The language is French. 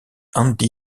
andy